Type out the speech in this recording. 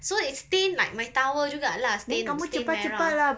so it stained like my towel juga lah stain stain merah